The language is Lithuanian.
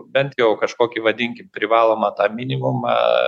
bent jau kažkokį vadinkim privalomą tą minimumą